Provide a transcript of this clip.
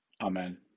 Amen